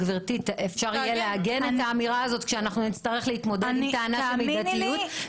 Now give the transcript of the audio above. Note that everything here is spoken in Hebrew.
אפשר יהיה לעגן את האמירה הזאת כשאנחנו נצטרך להתמודד עם טענה של מדתיות,